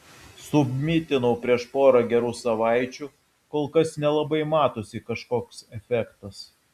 submitinau prieš pora gerų savaičių kol kas nelabai matosi kažkoks efektas